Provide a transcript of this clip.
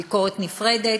הביקורת נפרדת,